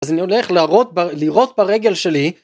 אז אני הולך לירות ברגל שלי